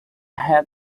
have